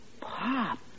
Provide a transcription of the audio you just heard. Pop